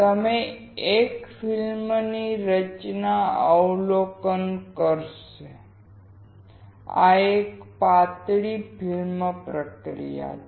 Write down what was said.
તમે એક ફિલ્મ રચના અવલોકન કરશે આ એક પાતળી ફિલ્મ પ્રક્રિયા છે